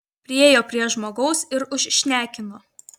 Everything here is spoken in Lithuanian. priėjo prie žmogaus ir užšnekino